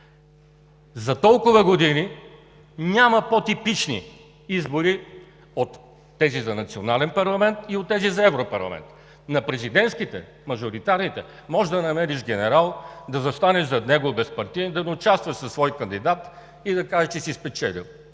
За толкова години няма по-типични избори от тези за национален парламент и от тези за европарламент. На президентските, мажоритарните може да намериш генерал, да застанеш зад него, безпартиен, да не участваш със свой кандидат и да кажеш, че си спечелил.